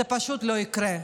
זה פשוט לא יקרה,